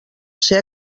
ser